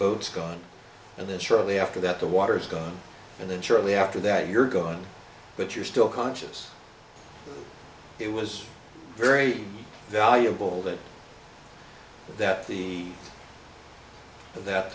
boat's gone and then shortly after that the water is gone and then shortly after that you're gone but you're still conscious it was very valuable that that the that